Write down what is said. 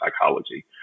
psychology